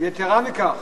יתירה מכך,